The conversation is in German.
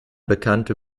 bekannte